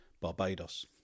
Barbados